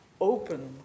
open